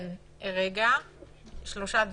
שלושה דברים,